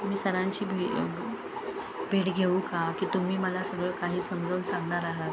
मी सरांशी भी भेट घेऊ का की तुम्ही मला सगळं काही समजवून सांगणार आहात